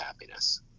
happiness